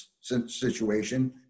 situation